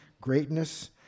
greatness